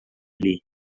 lhe